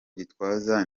gitwaza